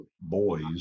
boys-